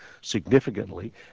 significantly